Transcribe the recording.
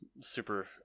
super